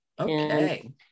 Okay